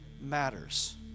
matters